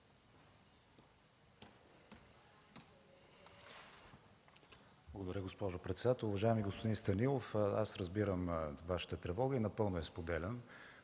Благодаря, госпожо председател. Уважаеми господин Станилов, разбирам Вашата тревога и напълно я споделям.